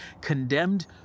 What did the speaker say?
condemned